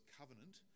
covenant